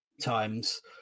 times